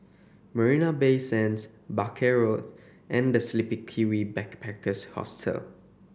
Marina Bay Sands Barker Road and The Sleepy Kiwi Backpackers Hostel